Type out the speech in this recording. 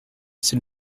c’est